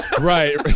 Right